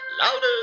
louder